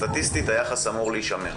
סטטיסטית היחס אמור להישמר.